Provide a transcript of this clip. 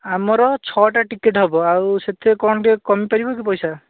ଆମର ଛଅଟା ଟିକେଟ୍ ହବ ଆଉ ସେଥିରେ କ'ଣ ଟିକେ କମିପାରିବ କି ପଇସା